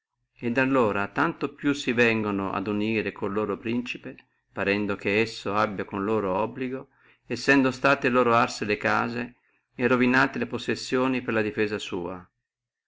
et allora tanto più si vengono a unire con il loro principe parendo che lui abbia con loro obbligo sendo loro sute arse le case ruinate le possessioni per la difesa sua